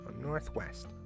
Northwest